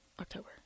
October